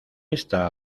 esta